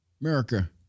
America